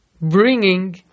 bringing